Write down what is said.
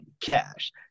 cash